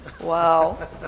Wow